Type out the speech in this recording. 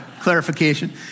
clarification